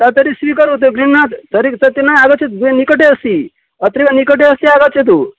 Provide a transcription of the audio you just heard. त तर्हि स्वीकरोतु तर्हि तत् न आगच्छतु द् निकटे अस्ति अत्रेव निकटे अस्ति आगच्छतु